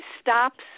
stops